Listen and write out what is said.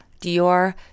Dior